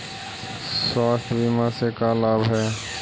स्वास्थ्य बीमा से का लाभ है?